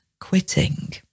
quitting